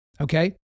Okay